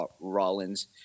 Rollins